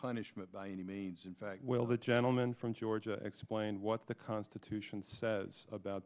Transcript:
punishment by any means in fact will the gentleman from georgia explain what the constitution says about